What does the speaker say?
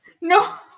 No